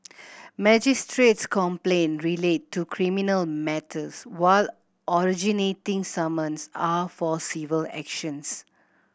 magistrate's complaint relate to criminal matters while originating summons are for civil actions